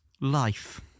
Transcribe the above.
life